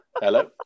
hello